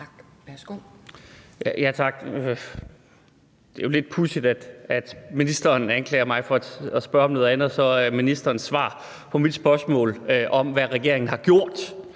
(V): Tak. Det er jo lidt pudsigt, at ministeren anklager mig for at spørge om noget andet, og så er ministerens svar på mit spørgsmål om, hvad regeringen har gjort